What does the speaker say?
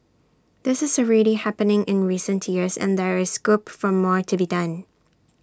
this is already happening in recent years and there is scope for more to be done